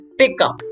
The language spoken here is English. pickup